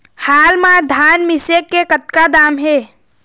हाल मा धान मिसे के कतका दाम हे?